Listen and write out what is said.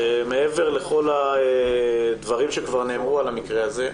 מעבר לכל הדברים שכבר נאמרו על המקרה הזה,